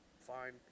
fine